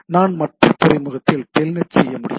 நான் மற்ற துறைமுகத்தில் டெல்நெட் செய்ய முடியும்